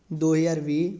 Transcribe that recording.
ਦੋ ਹਜ਼ਾਰ ਵੀਹ